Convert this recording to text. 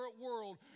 world